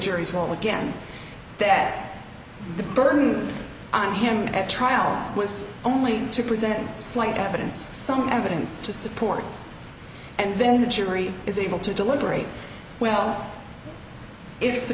jury's will again that the burden on him at trial was only to present slight evidence some evidence to support and then the jury is able to deliberate well i